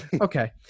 Okay